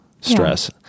stress